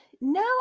no